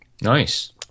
Nice